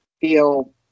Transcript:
feel